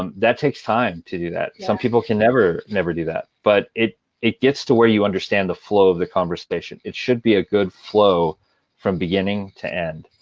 um that takes time to do that. some people can never, never do that. but it it gets to where you understand the flow of the conversation. it should be a good flow from beginning to end.